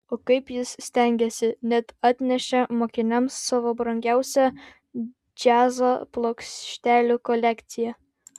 o kaip jis stengėsi net atnešė mokiniams savo brangiausią džiazo plokštelių kolekciją